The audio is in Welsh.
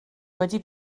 wedi